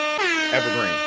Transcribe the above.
Evergreen